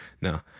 No